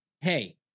hey